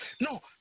no